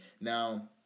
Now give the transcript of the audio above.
Now